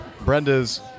Brenda's